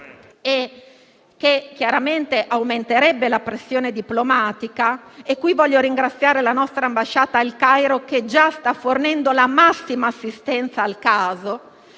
che chiaramente aumenterebbe la pressione diplomatica - voglio qui ringraziare la nostra ambasciata al Cairo, che già sta fornendo la massima assistenza al caso